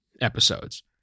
episodes